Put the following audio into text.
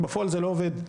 בפועל זה לא עובד.